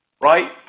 Right